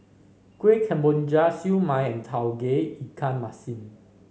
Kuih Kemboja Siew Mai and Tauge Ikan Masin